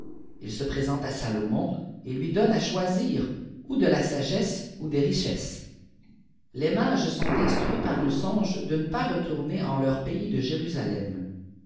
il se présente à salomon et lui donnée choisir ou de la sagçsse ou des richesses les mages sont instruits par un songe de ne pas retourner en leuj pays par jérusalem